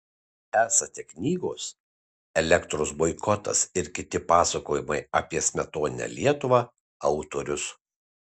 esate knygos elektros boikotas ir kiti pasakojimai apie smetoninę lietuvą autorius